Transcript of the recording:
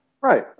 Right